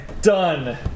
Done